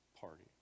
party